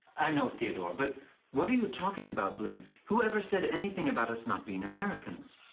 i know, theodore. but what are you talking about, blynn? whoever said anything about us not being americans?